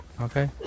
Okay